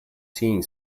seeing